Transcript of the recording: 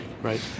Right